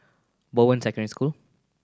Bowen Secondary School